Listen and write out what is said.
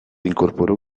incorporó